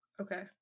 Okay